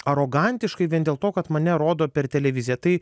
arogantiškai vien dėl to kad mane rodo per televiziją tai